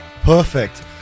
Perfect